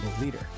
Leader